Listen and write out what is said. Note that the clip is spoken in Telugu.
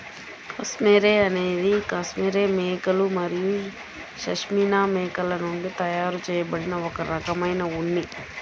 కష్మెరె అనేది కష్మెరె మేకలు మరియు పష్మినా మేకల నుండి తయారు చేయబడిన ఒక రకమైన ఉన్ని